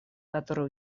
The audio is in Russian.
которые